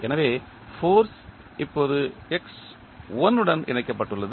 எனவே ஃபோர்ஸ் இப்போது உடன் இணைக்கப்பட்டுள்ளது